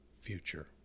future